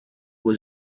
was